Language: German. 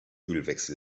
ölwechsel